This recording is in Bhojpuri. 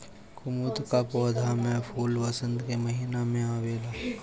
कुमुद कअ पौधा में फूल वसंत के महिना में आवेला